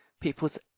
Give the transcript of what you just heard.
people's